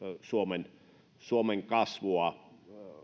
suomen suomen kasvua